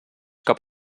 cap